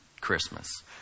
Christmas